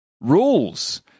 rules